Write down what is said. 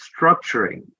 structuring